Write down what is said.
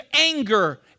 anger